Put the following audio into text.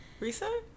Risa